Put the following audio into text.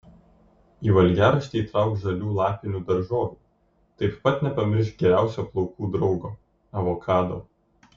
į valgiaraštį įtrauk žalių lapinių daržovių taip pat nepamiršk geriausio plaukų draugo avokado